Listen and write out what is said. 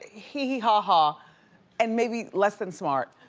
heehee-haha and maybe less than smart,